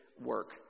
work